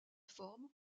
formes